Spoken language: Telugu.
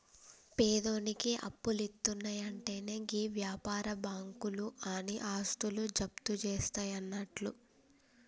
పేదోనికి అప్పులిత్తున్నయంటెనే గీ వ్యాపార బాకుంలు ఆని ఆస్తులు జప్తుజేస్తయన్నట్లు